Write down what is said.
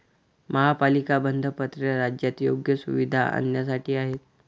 महापालिका बंधपत्रे राज्यात योग्य सुविधा आणण्यासाठी आहेत